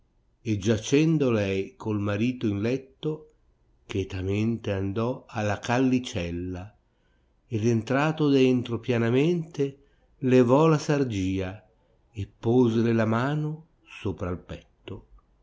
e giacendo lei col marito in letto chetamente andò alla callicella ed entrato dentro pianamente levò la sargia e posele la mano sopra il petto